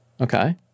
Okay